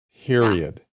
period